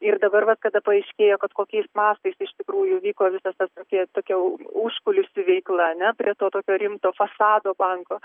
ir dabar vat kada paaiškėjo kad kokiais mastais iš tikrųjų vyko visas tas tokie tokie užkulisių veikla ane prie to tokio rimto fasado banko